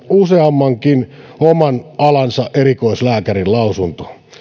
useammankin oman alansa erikoislääkärin lausunto